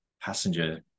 passenger